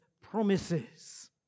promises